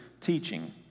teaching